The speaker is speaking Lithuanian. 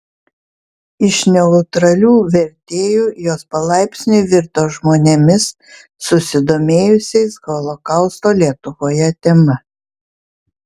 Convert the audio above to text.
iš neutralių vertėjų jos palaipsniui virto žmonėmis susidomėjusiais holokausto lietuvoje tema